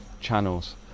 channels